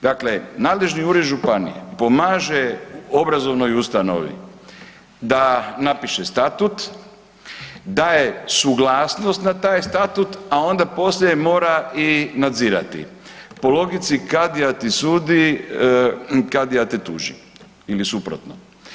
Dakle, nadležni ured županije pomaže obrazovnoj ustanovi da napiše statut, daje suglasnost na taj statut, a onda poslije mora i nadzirati, po logici „kadija ti sudi, kadija te tuži“ ili suprotno.